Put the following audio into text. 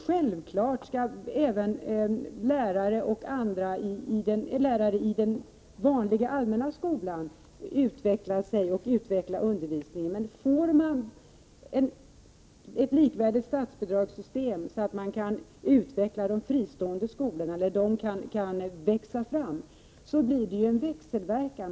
Självfallet skall även lärare och andra i den vanliga, allmänna skolan utveckla både sig och undervisningen, men får man ett likvärdigt statsbidragssystem så att fristående skolor kan växa fram, blir det en växelverkan.